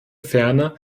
ferner